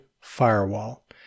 Firewall